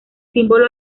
símbolo